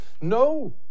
No